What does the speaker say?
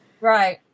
right